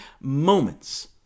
moments